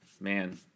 Man